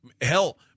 hell